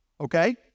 okay